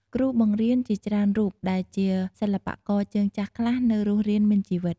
គ្រូបង្រៀនជាច្រើនរូបដែលជាសិល្បករជើងចាស់ខ្លះនៅរស់រានមានជីវិត។